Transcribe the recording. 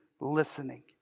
listening